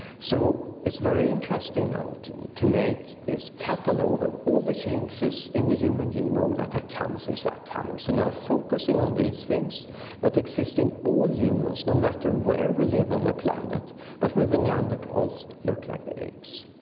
so it's very interesting now to to make this catalog of all the changes in the human genome that have come since that time. so now focusing on these things that exist in all humans no matter where we live on the planet but where the neanderthals look like the apes.